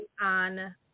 on